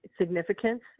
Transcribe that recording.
significance